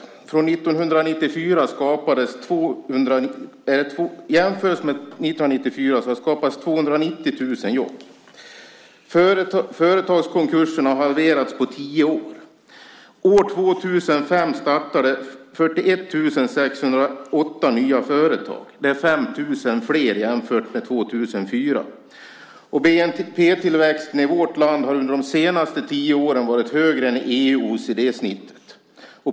Sedan 1994 har det skapats 290 000 jobb. Företagskonkurserna har halverats på tio år. År 2005 startades 41 608 nya företag. Det var 5 000 fler än 2004. Bnp-tillväxten i vårt land har under de senaste tio åren varit högre än EU och OECD-genomsnittet.